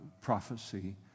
prophecy